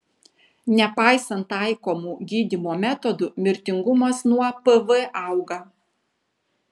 nepaisant taikomų gydymo metodų mirtingumas nuo pv auga